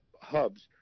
hubs